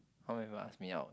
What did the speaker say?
one member ask me out